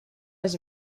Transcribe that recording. has